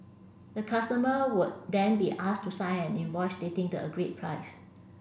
the customer would then be asked to sign an invoice stating the agreed price